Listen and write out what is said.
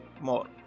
more